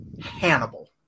Hannibal